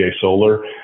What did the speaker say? solar